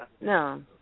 No